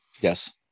Yes